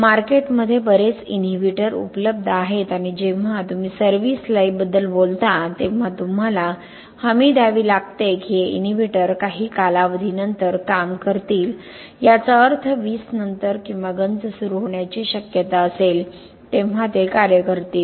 मार्केटमध्ये बरेच इनहिबिटर उपलब्ध आहेत आणि जेव्हा तुम्ही सर्व्हिस लाइफबद्दल बोलता तेव्हा तुम्हाला हमी द्यावी लागते की हे इनहिबिटर काही कालावधीनंतर काम करतील याचा अर्थ 20 नंतर किंवा गंज सुरू होण्याची शक्यता असेल तेव्हा ते कार्य करतील